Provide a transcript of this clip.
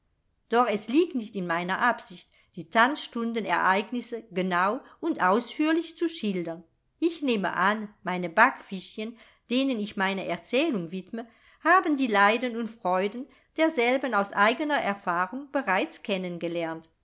doch es liegt nicht in meiner absicht die tanzstundenereignisse genau und ausführlich zu schildern ich nehme an meine backfischchen denen ich meine erzählung widme haben die leiden und freuden derselben aus eigener erfahrung bereits